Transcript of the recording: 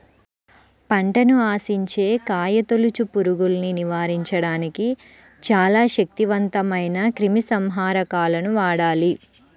పంటను ఆశించే కాయతొలుచు పురుగుల్ని నివారించడానికి చాలా శక్తివంతమైన క్రిమిసంహారకాలను వాడాలి